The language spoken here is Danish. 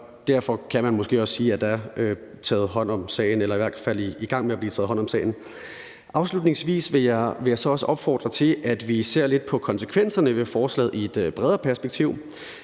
derfor kan man måske også sige, at der er taget hånd om sagen, eller at der i hvert fald er i gang med at blive taget hånd om sagen. Afslutningsvis vil jeg så også opfordre til, at vi ser lidt på konsekvenserne ved forslaget i et bredere perspektiv.